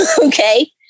Okay